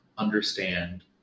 Understand